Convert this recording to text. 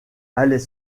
allait